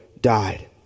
died